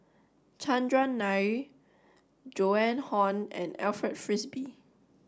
Chandran Nair Joan Hon and Alfred Frisby